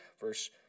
Verse